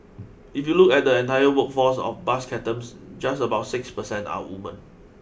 if you look at the entire workforce of bus captains just about six percent are women